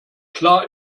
klar